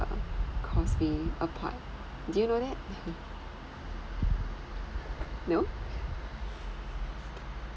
causeway apart do you know that no